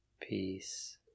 Peace